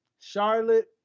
Charlotte